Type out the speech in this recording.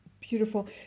Beautiful